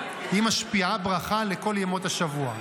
היא משפיעה ברכה לכל ימות השבוע.